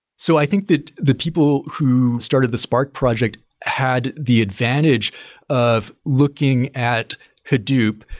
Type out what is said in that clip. so i think that the people who started the spark project had the advantage of looking at hadoop,